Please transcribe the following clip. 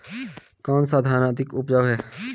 कौन सा धान अधिक उपजाऊ है?